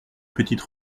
petite